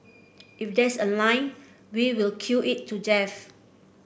if there's a line we will queue it to death